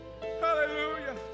Hallelujah